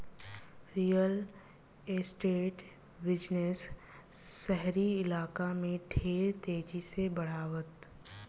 real estate business शहरी इलाका में ढेर तेजी से बढ़ता